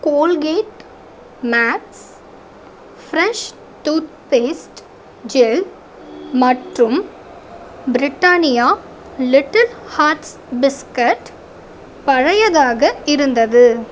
Colgate Max Fresh toothpaste gel மற்றும் Britannia Little Hearts biscuit பழையதாக இருந்தது